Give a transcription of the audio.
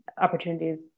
opportunities